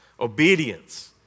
obedience